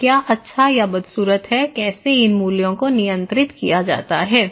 तो क्या अच्छा या बदसूरत है कैसे इन मूल्यों को नियंत्रित किया जाता है